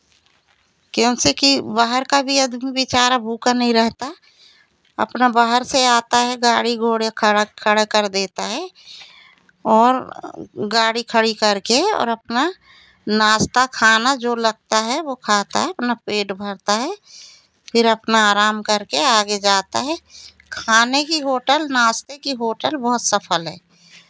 क्यों से कि बाहर का भी आदमी बेचारा भूखा नहीं रहता अपना बाहर से आता है गाड़ी घोड़े खड़ा खड़ा कर देता है और गाड़ी खड़ी करके और अपना नाश्ता खाना जो लगता है वो खाता है अपना पेट भरता है फिर अपना आराम करके आगे जाता है खाने की होटल नाश्ते की होटल बहुत सफ़ल है